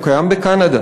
והוא קיים בקנדה.